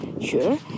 sure